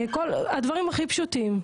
הדברים הכי פשוטים.